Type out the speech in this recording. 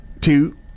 two